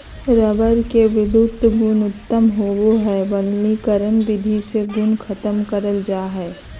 rubber के विधुत गुण उत्तम होवो हय वल्कनीकरण विधि से गुण खत्म करल जा हय